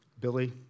Billy